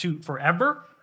forever